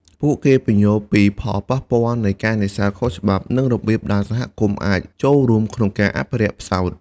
ពួកគេពន្យល់ពីផលប៉ះពាល់នៃការនេសាទខុសច្បាប់ និងរបៀបដែលសហគមន៍អាចចូលរួមក្នុងការអភិរក្សផ្សោត។